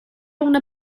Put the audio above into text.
una